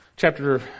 Chapter